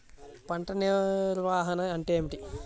పంట నిర్వాహణ అంటే ఏమిటి?